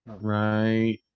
Right